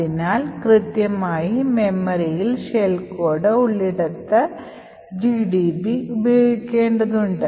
അതിനാൽ കൃത്യമായി മെമ്മറിയിൽ ഷെൽ കോഡ് ഉള്ളിടത്ത് gdb ഉപയോഗിക്കേണ്ടതുണ്ട്